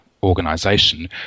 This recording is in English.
organization